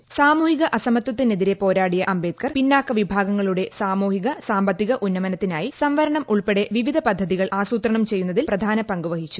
പ്സാമൂഹിക അസമത്വത്തിനെതിരെ പോരാടിയ അംബേദ്ക്ട്ര ് പിന്നാക്ക വിഭാഗങ്ങളുടെ സാമൂഹിക സാമ്പത്തിക ഉന്നമനത്തിനായി സംവരണം ഉൾപ്പടെ വിവിധ പദ്ധതികൾ ആസൂത്രണം ചെയ്യുന്നതിന് പ്രധാന പങ്കു വഹിച്ചു